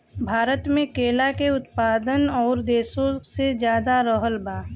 भारत मे केला के उत्पादन और देशो से ज्यादा रहल बा